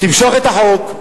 תמשוך את החוק,